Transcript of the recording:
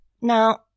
Now